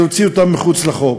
להוציא אותם מחוץ לחוק,